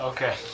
Okay